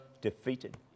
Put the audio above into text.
defeated